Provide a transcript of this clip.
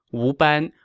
wu ban,